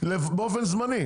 באופן זמני,